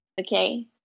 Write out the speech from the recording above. Okay